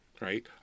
right